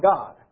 God